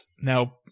Now